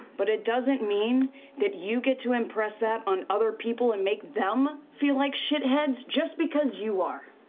but it doesn't mean that you get to impress that on other people and make them feel like shitheads just because you are.